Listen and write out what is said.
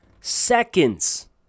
seconds